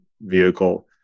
vehicle